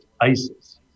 ISIS